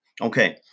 Okay